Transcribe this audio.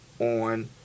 on